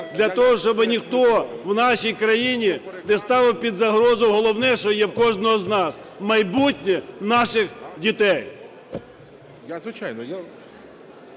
для того, щоб ніхто в нашій країні не ставив під загрозу головне, що є в кожного з нас – майбутнє наших дітей.